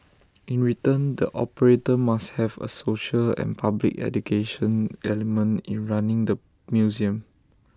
in return the operator must have A social and public education element in running the museum